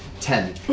Ten